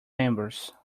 members